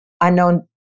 unknown